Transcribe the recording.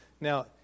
Now